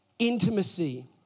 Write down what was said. intimacy